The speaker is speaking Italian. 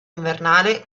invernale